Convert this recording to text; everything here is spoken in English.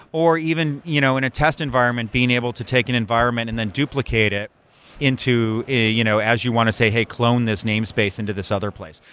or even you know in a test environment, being able to take an environment and then duplicate it into, you know as you want to say, hey clone this namespace into this other place.